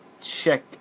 Check